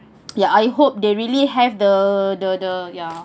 ya I hope they really have the the the ya